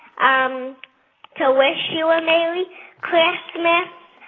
um to wish you a merry christmas.